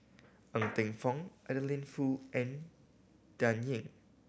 Ng Teng Fong Adeline Foo and Dan Ying